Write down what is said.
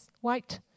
white